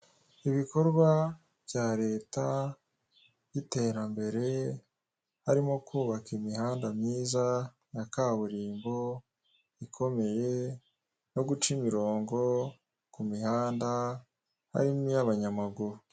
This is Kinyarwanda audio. Ibikorwa bya leta by'iterambere harimo kubaka imihanda myiza ya kaburimbo, ikomeye no guca imirongo ku mihanda harimo iy'abanyamaguru.